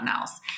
else